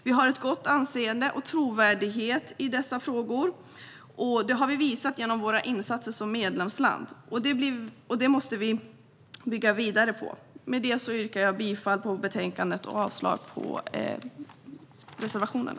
Vi har ett gott anseende och trovärdighet i dessa frågor, vilket vi har visat genom våra insatser som medlemsland. Detta måste vi bygga vidare på. Jag yrkar bifall till utskottets förslag och avslag på reservationerna.